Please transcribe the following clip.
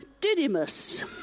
Didymus